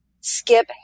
skip